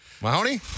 Mahoney